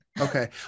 Okay